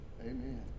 Amen